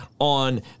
on